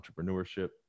Entrepreneurship